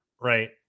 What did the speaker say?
right